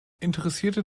interessierte